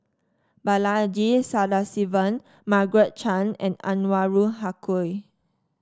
Balaji Sadasivan Margaret Chan and Anwarul Haque